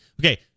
Okay